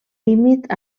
límit